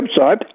website